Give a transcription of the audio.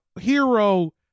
Hero